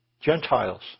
Gentiles